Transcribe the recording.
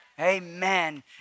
Amen